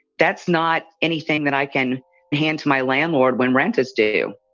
that's not anything that i can hand to my landlord when rent is due